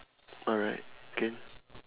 alright can